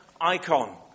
icon